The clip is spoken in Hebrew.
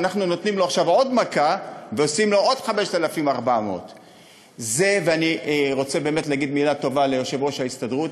אנחנו נותנים לו עכשיו עוד מכה ועושים לו עוד 5,400. אני באמת רוצה להגיד מילה טובה ליושב-ראש ההסתדרות.